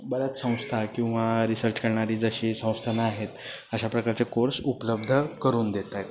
बऱ्याच संस्था किंवा रिसर्च करणारी जशी संस्थानं आहेत अशा प्रकारचे कोर्स उपलब्ध करून देत आहेत